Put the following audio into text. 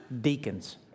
deacons